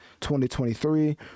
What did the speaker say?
2023